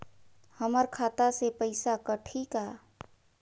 हमर खाता से पइसा कठी का?